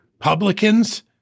publicans